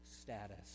status